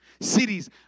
cities